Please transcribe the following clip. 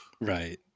Right